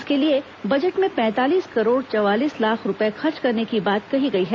इसके लिए बजट में पैंतालीस करोड़ चवालीस लाख रूपये खर्च करने की बात कही गई है